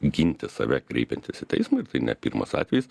ginti save kreipiantis į teismą ir tai ne pirmas atvejis